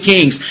Kings